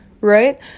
right